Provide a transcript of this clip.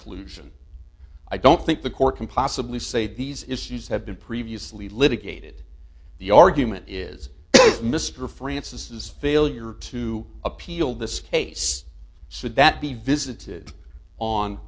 clusion i don't think the court can possibly say these issues have been previously litigated the argument is mr francis is failure to appeal this case should that be visited on